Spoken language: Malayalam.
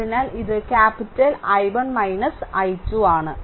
അതിനാൽ ഇത് ക്യാപിറ്റൽ I1 I2 ആണ്